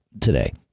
today